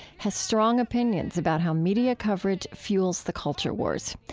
has strong opinions about how media coverage fuels the culture wars.